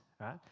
right